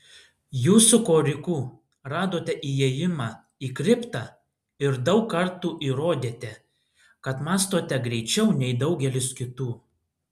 jūs su koriku radote įėjimą į kriptą ir daug kartų įrodėte kad mąstote greičiau nei daugelis kitų